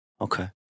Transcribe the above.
Okay